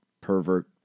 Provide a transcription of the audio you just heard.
pervert